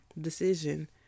decision